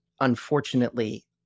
unfortunately